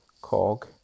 cog